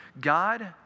God